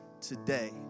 today